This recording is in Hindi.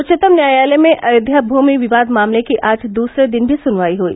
उच्चतम न्यायालय में अयोध्या भूमि विवाद मामले की आज दूसरे दिन भी सुनवाई हुई